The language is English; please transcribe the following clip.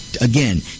again